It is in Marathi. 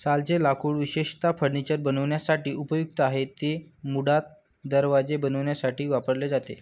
सालचे लाकूड विशेषतः फर्निचर बनवण्यासाठी उपयुक्त आहे, ते मुळात दरवाजे बनवण्यासाठी वापरले जाते